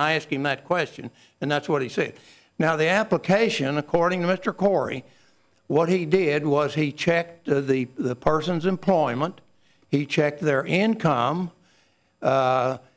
i asking that question and that's what he said now the application according to mr corey what he did was he checked the person's employment he checked their income